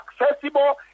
accessible